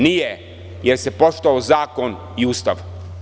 Nije, jer se poštovao zakon i Ustav.